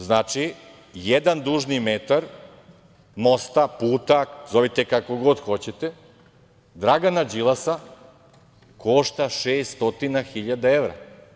Znači, jedan dužni metar mosta, puta, nazovite kako god hoćete, Dragana Đilasa košta 600 hiljada evra.